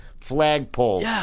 flagpole